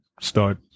start